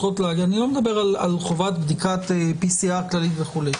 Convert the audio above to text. אני לא מדבר על חובת בדיקת PCR כללית וכולי.